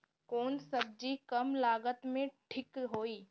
कौन सबजी कम लागत मे ठिक होई?